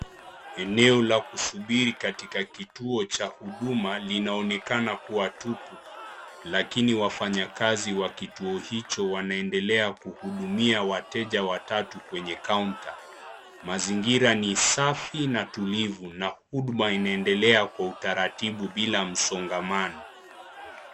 Eneo la kusubiri katika kituo cha Huduma linaonekana kuwa tupu lakini wafanyakazi wakituo hichi, wanaendelea kuhudumia wateja watatu kwenye kaunta. Mazingira ni safi na utulivu na huduma unaendelea kwa utaratibu bila msongamano.